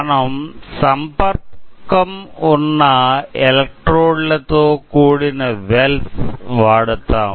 మనం సంపర్కం ఉన్న ఎలక్ట్రోడ్ లతో కూడిన వెల్స్ వాడుతాం